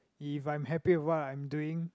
if I'm happy with what I'm doing